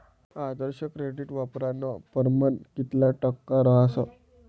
आदर्श credit वापरानं परमाण कितला टक्का रहास